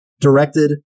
directed